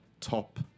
top